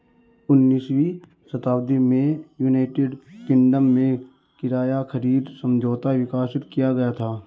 उन्नीसवीं शताब्दी में यूनाइटेड किंगडम में किराया खरीद समझौता विकसित किया गया था